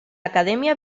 academia